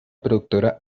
productora